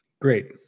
Great